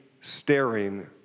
staring